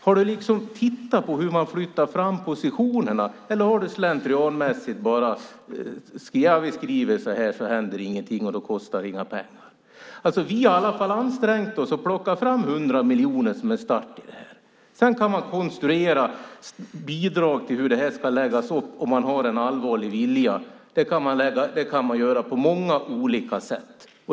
Har han tittat på hur man flyttar fram positionerna eller har han slentrianmässigt bara tänkt att ja, vi skriver så här så händer det ingenting och då kostar det inga pengar? Vi har i alla fall ansträngt oss och plockat fram 100 miljoner som en start. Sedan kan man konstruera bidrag till hur det ska läggas upp om man har en allvarlig vilja. Det kan man göra på många olika sätt.